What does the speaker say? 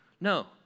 No